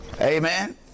amen